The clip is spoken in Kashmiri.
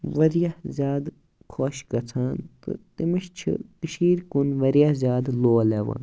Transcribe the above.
واریاہ زیادٕ خۄش گژھان تہٕ تٔمِس چھِ کٔشیٖرِ کُن واریاہ زیادٕ لول یِوان